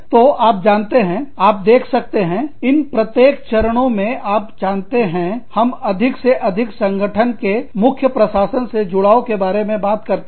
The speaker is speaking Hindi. तो आप जानते हैं आप देख सकते हैं इन प्रत्येक चरणों में आप जानते हैं हम अधिक से अधिक संगठन के मुख्य प्रशासन से जुड़ाव के बारे में बात करते हैं